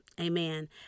amen